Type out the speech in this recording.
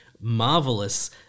marvelous